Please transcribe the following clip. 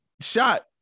shot